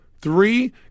Three